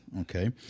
okay